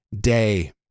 day